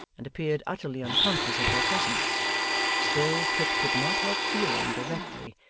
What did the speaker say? and appeared utterly unconscious of their presence still kit could not help feeling, directly,